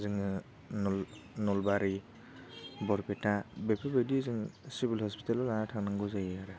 जोङो नलबारि बरपेटा बेफोरबायदि जोङो सिभिल हस्पिताल आव लाना थांनांगौ जायो आरो